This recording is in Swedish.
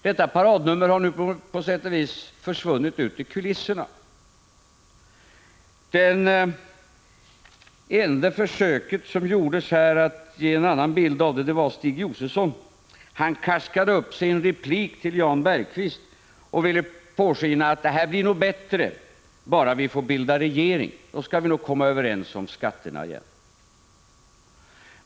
Detta paradnummer har nu på sätt och vis försvunnit ut i kulisserna. Det enda försök som här gjordes att ge en annan bild av det gjordes av Stig Josefson. I en replik till Jan Bergqvist karskade han upp sig och lät påskina att det här nog skulle bli bra bara de borgerliga fick bilda regering — då skulle man nog komma överens om skatterna igen.